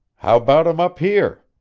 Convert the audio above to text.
how about em up here?